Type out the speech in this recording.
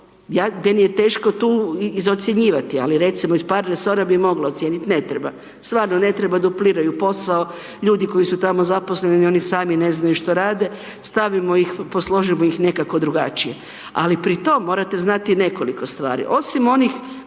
meni je teško tu izocjenjivati ali recimo iz par resora bi mogla ocijeniti, ne treba, stvarno ne treba, dupliraju posao, ljudi koji su tamo zaposleni ni oni sami ne znaju što rade, stavimo ih, posložimo ih nekako drugačije ali pri tom morate znati nekoliko stvari. Osim onih